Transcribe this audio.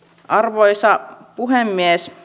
arvoisa puhemies